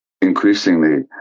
increasingly